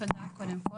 קודם כל